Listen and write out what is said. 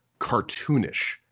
cartoonish